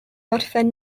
orffen